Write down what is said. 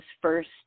first